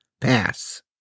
pass